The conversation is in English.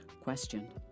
questioned